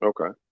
Okay